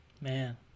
man